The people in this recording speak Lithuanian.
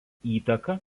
įtaka